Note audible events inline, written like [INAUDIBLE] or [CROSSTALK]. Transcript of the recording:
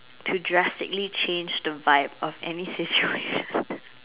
to drastically change the vibe of any situation [LAUGHS]